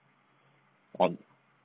on